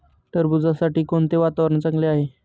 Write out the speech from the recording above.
टरबूजासाठी कोणते वातावरण चांगले आहे?